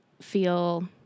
feel